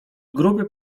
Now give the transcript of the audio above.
grupy